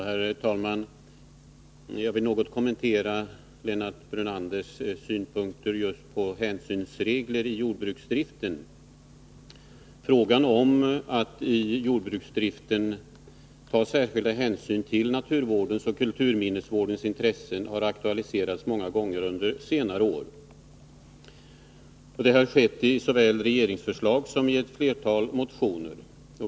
Herr talman! Jag vill något kommentera Lennart Brunanders synpunkter på hänsynsregler när det gäller jordbruksdriften. Frågan om att i jordbruksdriften ta särskilda hänsyn till naturvårdens och kulturminnesvårdens intressen har aktualiserats många gånger under senare år. Det har skett såväl i regeringsförslag som i ett flertal motioner.